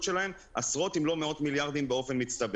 שלהם היא עשרות אם לא מאות מיליארדים במצטבר.